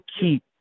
keep